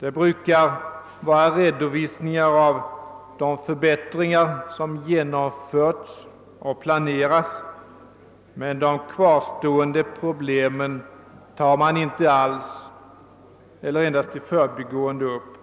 Det brukar vara redovisningar av de förbättringar som gjorts och planerats, men de kvarstående problemen tar man inte alls eller endast i förbigående upp.